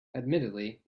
admittedly